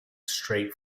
straight